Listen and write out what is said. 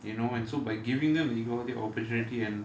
you know and so by giving them the equality of opportunity and